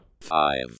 five